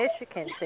Michigan